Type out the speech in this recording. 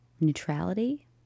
Neutrality